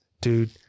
dude